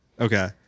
Okay